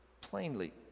plainly